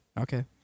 Okay